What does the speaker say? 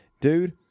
Dude